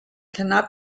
cannot